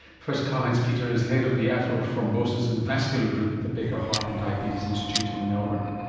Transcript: professor karlheinz peter is head of the atherothrombosis and vascular group at the baker heart and diabetes institute in melbourne